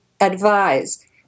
advise